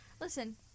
Listen